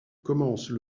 commencent